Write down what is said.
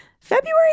February